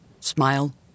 Smile